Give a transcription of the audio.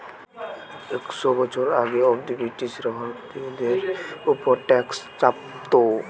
একশ বছর আগে অব্দি ব্রিটিশরা ভারতীয়দের উপর ট্যাক্স চাপতো